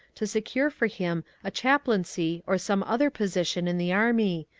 to secure for him a chaplaincy or some other position in the army,